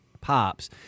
pops